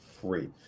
free